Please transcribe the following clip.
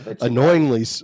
annoyingly